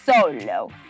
solo